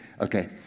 okay